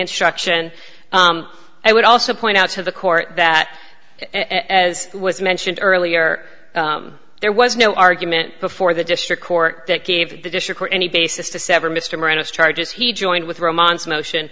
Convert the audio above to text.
instruction i would also point out to the court that as was mentioned earlier there was no argument before the district court that gave the district or any basis to sever mr maraniss charges he joined with romance motion